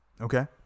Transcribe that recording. Okay